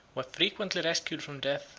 were frequently rescued from death,